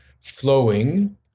flowing